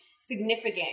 significant